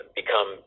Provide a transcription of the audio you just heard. become